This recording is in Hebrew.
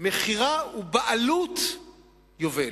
מכירה ובעלות יובל.